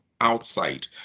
outside